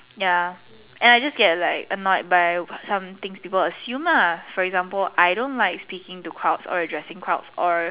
ya and I just get like annoyed by some things people assume ah for example I don't like speaking to crowds or addressing to crowds or